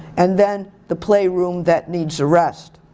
and then the playroom that needs a rest.